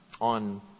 on